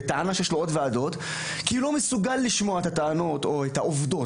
בטענה שיש לו עוד ועדות כי הוא לא מסוגל לשמוע את הטענות או את עובדות.